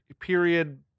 period